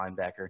linebacker